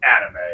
anime